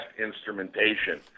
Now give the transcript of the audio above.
instrumentation